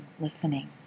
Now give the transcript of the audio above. listening